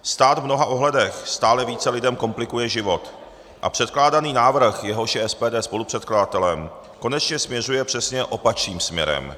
Stát v mnoha ohledech stále více lidem komplikuje život a předkládaný návrh, jehož je SPD spolupředkladatelem, konečně směřuje přesně opačným směrem.